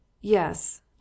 yes